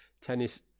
tennis